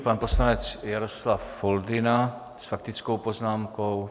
Pan poslanec Jaroslav Foldyna s faktickou poznámkou.